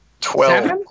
twelve